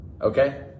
Okay